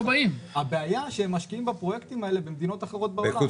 הבעיה שהם משקיעים בפרויקטים האלה במדינות אחרות בעולם,